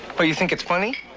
but you think it's funny?